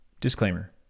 disclaimer